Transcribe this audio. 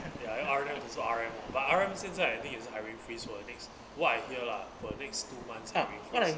ya can be R_N_F to 做 R_M but R_M 现在 is hiring freeze for the next what I hear lah for the next two months hiring freeze